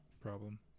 problem